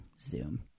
Zoom